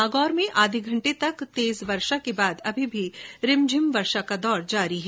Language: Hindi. नागौर में आधा घंटे तक तेज बरसात के बाद अभी भी रिमझिम वर्षा का दौर जारी है